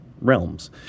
Realms